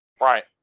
Right